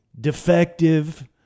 defective